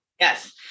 Yes